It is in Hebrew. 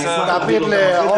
אשמח להעביר אותם.